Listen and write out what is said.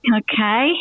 okay